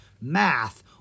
Math